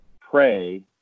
pray